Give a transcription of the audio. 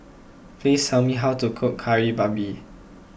please tell me how to cook Kari Babi